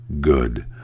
good